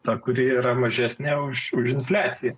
ta kuri yra mažesnė už infliaciją